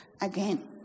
again